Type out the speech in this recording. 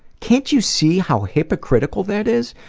can't you see how hypocritical that is?